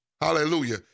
Hallelujah